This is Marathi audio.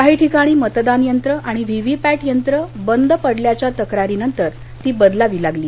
काही ठिकाणी मतदान यंत्र आणि व्हीव्हीपॅट यंत्र बंद पडल्याच्या तक्रारीनंतर ती बदलावी लागली